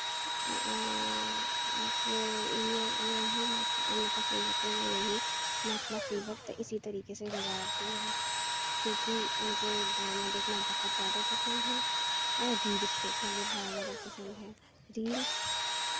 اور یہ یہی میں کام مطلب فری وقت میں میں یہی میں اپنا فری وقت اسی طریقے سے گزارتی ہوں کیونکہ مجھے ڈرامہ دیکھنا بہت زیادہ پسند ہے اور ریلس دیکھنا بھی بہت زیادہ پسند ہے ریلس